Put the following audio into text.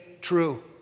true